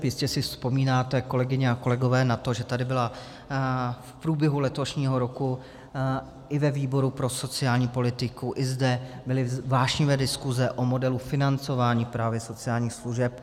Jistě si vzpomínáte, kolegyně a kolegové, na to, že tady byly v průběhu letošního roku i ve výboru pro sociální politiku i zde vášnivé diskuse o modelu financování právě sociálních služeb.